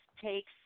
takes